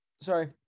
Sorry